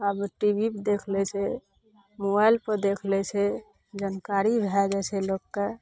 आब TV पर देख लै छै मोबाइल पर देख लै छै जनकारी भऽ जाइ छै लोकके